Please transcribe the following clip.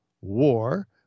war